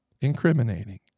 incriminating